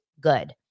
good